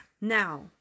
Now